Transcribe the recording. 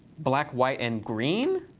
black, white, and green?